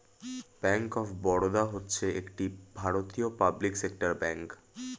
bank of Baroda হচ্ছে একটি ভারতীয় পাবলিক সেক্টর ব্যাঙ্ক